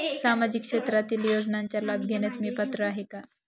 सामाजिक क्षेत्रातील योजनांचा लाभ घेण्यास मी पात्र आहे का?